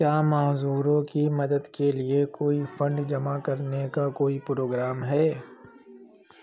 کیا معذوروں کی مدد کے لیے کوئی فنڈ جمع کرنے کا کوئی پروگرام ہے